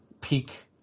peak –